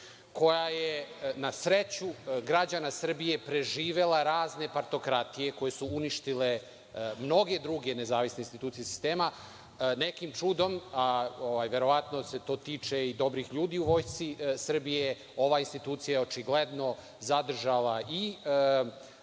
koja je na sreću građana Srbije preživela razne partokratije koje su uništile mnoge druge nezavisne institucije sistema, nekim čudom, verovatno se to tiče i dobrih ljudi u Vojsci Srbije, ova institucija je očigledno zadržala i